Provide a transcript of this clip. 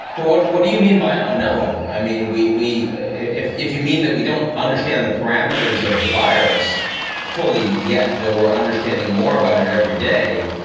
well, what what do you mean by unknown? i mean, we we if if you mean that we don't understand the parameters of the virus fully yet, that we're understanding more about it every day.